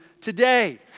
today